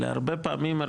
הרבה פעמים,